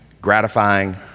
gratifying